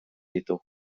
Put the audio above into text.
ditu